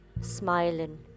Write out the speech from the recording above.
smiling